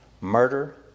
murder